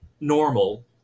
normal